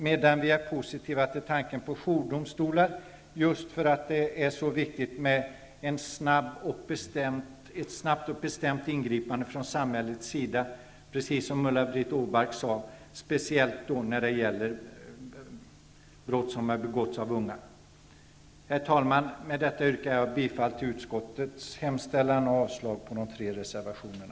Men vi är positiva till tanken på jourdomstolar, just därför att det är så viktigt med ett snabbt och bestämt ingripande från samhällets sida -- precis som Ulla-Britt Åbark sade -- speciellt när det är fråga om brott som har begåtts av unga. Herr talman! Jag yrkar bifall till utskottets hemställan och avslag på de tre reservationerna.